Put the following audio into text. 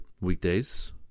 weekdays